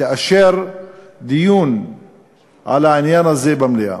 ותאשר דיון על העניין הזה במליאה.